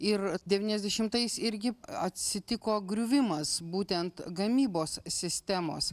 ir devyniasdešimtais irgi atsitiko griuvimas būtent gamybos sistemos